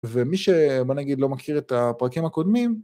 ומי שבוא נגיד לא מכיר את הפרקים הקודמים...